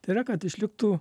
tai yra kad išliktų